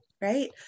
right